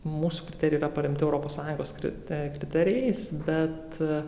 mūsų teorija paremta europos sąjungos kriterijais bet